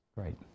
Great